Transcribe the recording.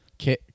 okay